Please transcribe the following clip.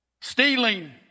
Stealing